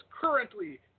currently